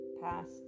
past